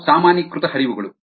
ಇವು ಸಾಮಾನ್ಯೀಕೃತ ಹರಿವುಗಳು